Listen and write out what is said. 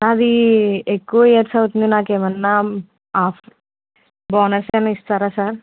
అది ఎక్కువ ఇయర్స్ అవుతుంది నాకు ఏమైనా బోనస్ ఏమైనా ఇస్తారా సార్